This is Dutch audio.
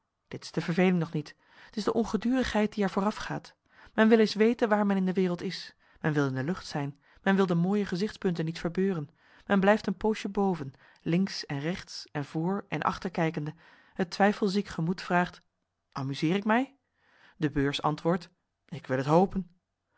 dit is de verveling nog niet t is de ongedurigheid die haar voorafgaat men wil eens weten waar men in de wereld is men wil in de lucht zijn men wil de mooie gezichtspunten niet verbeuren men blijft een poosje boven links en rechts en voor en achter kijkende het twijfelziek gemoed vraagt amuseer ik mij de beurs antwoordt ik wil het hopen